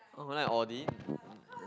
oh I like Audi